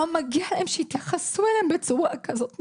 לא מגיע להם שיתייחסו אליהם בצורה כזאת נבזית,